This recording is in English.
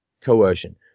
coercion